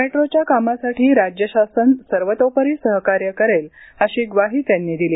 मेट्रोच्या कामासाठी राज्य शासन सर्वतोपरी सहकार्य करेल अशी ग्वाही त्यांनी दिली